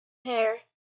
hair